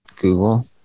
Google